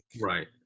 Right